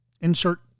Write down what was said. insert